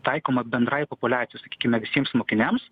taikoma bendrai populiacijai sakykime visiems mokiniams